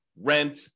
rent